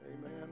amen